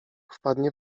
wpadnie